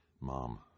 Mom